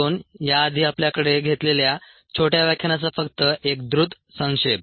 2 याआधी आपल्याकडे घेतलेल्या छोट्या व्याख्यानाचा फक्त एक द्रुत संक्षेप